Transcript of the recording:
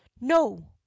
No